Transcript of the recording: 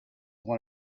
one